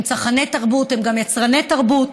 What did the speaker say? הם צרכני תרבות, הם גם יצרני תרבות.